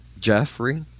Jeffrey